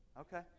Okay